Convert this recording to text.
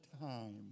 time